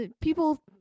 people